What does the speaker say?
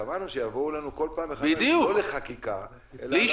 וקבענו שיבואו אלינו כל פעם מחדש לא לחקיקה אלא לצורך אישורו.